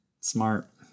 smart